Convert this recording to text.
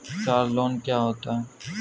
Car loan क्या होता है?